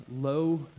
low